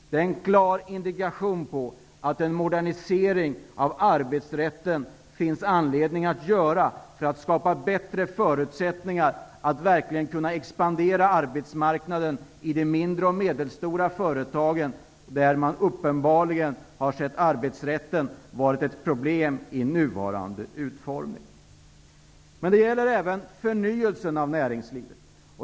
Det är en klar indikation på att det finns anledning till en modernisering av arbetsrätten för att skapa bättre förutsättningar för att verkligen kunna expandera arbetsmarknaden och de mindre och medelstora företagen, där man uppenbarligen sett arbetsrätten i nuvarande utformning vara ett problem. Men det gäller även förnyelsen av näringslivet.